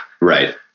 Right